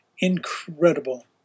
incredible